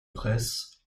presse